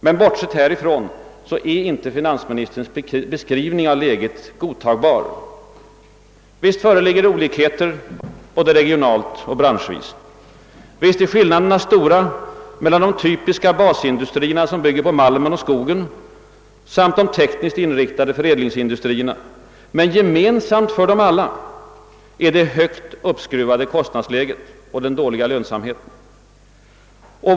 Men bortsett härifrån är inte finansministerns beskrivning av läget godtagbar. Visst föreligger olikheter både regionalt och branschvis, visst är skillnaderna stora mellan de typiska basindustrierna som bygger på malmen och skogen samt de tekniskt inriktade förädlingsindustrierna, men gemensamt för dem alla är det högt uppskruvade kostnadsläget och den dåliga lönsamheten.